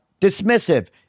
dismissive